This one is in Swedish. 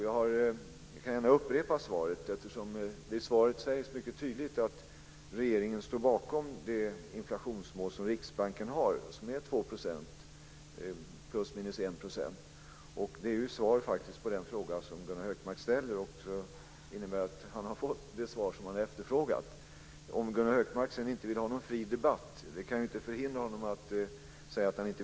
Jag kan gärna upprepa svaret, eftersom det i svaret sägs mycket tydligt att regeringen står bakom Riksbankens inflationsmål på 2 %,± 1 %. Det är faktiskt ett svar på den fråga som Gunnar Hökmark ställer, vilket innebär att han har fått det svar som han efterfrågar. Om Gunnar Hökmark sedan inte vill ha någon fri debatt kan jag inte förhindra honom att säga det.